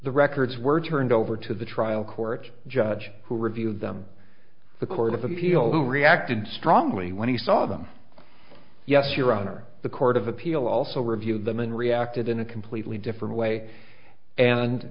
the records were turned over to the trial court judge who reviewed them the court of appeal who reacted strongly when he saw them yes your honor the court of appeal also reviewed them in reacted in a completely different way and